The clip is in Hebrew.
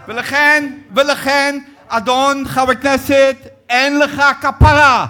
ככה, ולכן, ולכן, אדון, חבר כנסת, אין לך כפרה,